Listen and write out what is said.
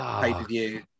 pay-per-view